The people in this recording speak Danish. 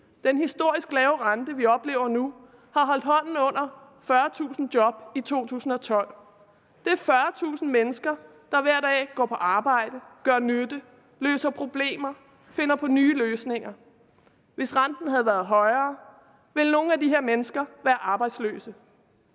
Den historisk lave rente, vi oplever nu, har holdt hånden under 40.000 job i 2012. Det er 40.000 mennesker, der hver dag går på arbejde, gør nytte, løser problemer, finder på nye løsninger. Hvis renten havde været højere, ville nogle af de her mennesker være arbejdsløse.